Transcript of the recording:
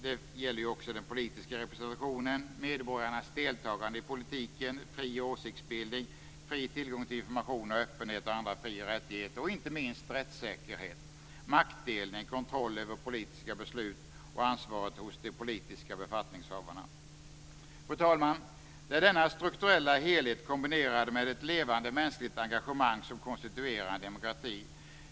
Den gäller också den politiska representationen, medborgarnas deltagande i politiken, fri åsiktsbildning, fri tillgång till information och öppenhet och andra fri och rättigheter såsom inte minst rättssäkerhet, maktdelning, kontroll över politiska beslut och ansvaret hos de politiska befattningshavarna. Fru talman! Det är denna strukturella helhet kombinerad med ett levande mänskligt engagemang som konstituerar en demokrati.